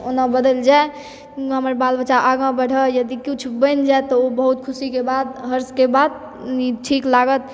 ओना बदलि जाय हमर बाल बच्चा आगाँ बढ़य यदि किछु बनि जाय तऽ ओ बहुत खुशीके बात हर्षके बात ई ठीक लागत